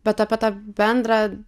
bet apie tą bendrą